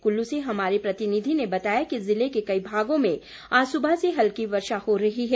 कुल्लु से हमारे प्रतिनिधी ने बताया कि जिले के कई भागों में आज सुबह से हल्की वर्षा हो रही है